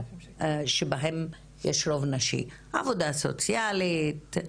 שבהם יש רוב נשי עבודה סוציאלית,